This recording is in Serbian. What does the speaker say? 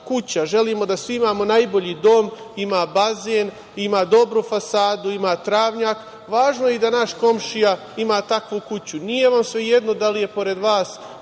kuća, želimo da svi imamo najbolji dom, ima bazen, ima dobru fasadu, ima travnjak, važno je i da naš komšija ima takvu kuću. Nije vam sve jedno da li je pored vas